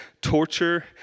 torture